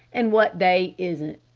and what they isn't.